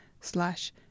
slash